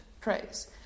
praise